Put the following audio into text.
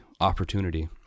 opportunity